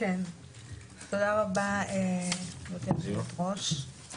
תודה רבה, גברתי היושבת-ראש.